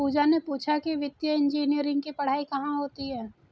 पूजा ने पूछा कि वित्तीय इंजीनियरिंग की पढ़ाई कहाँ होती है?